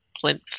plinth